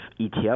ETF